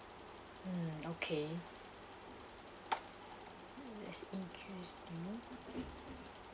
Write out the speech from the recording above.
mm okay that's interesting